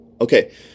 Okay